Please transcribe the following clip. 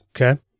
Okay